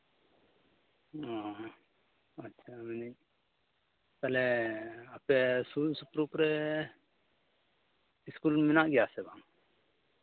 ᱚᱻ ᱟᱪᱪᱷᱟ ᱢᱮᱱᱫᱟᱹᱧ ᱛᱟᱦᱚᱞᱮ ᱟᱯᱮ ᱥᱩᱨᱼᱥᱩᱯᱩᱨ ᱠᱚᱨᱮ ᱥᱠᱩᱞ ᱢᱮᱱᱟᱜ ᱜᱮᱭᱟ ᱥᱮ ᱵᱟᱝ